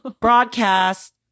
broadcast